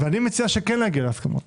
אני מציע שכן נגיע להסכמות,